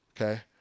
Okay